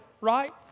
right